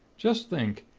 just think,